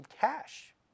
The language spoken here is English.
cash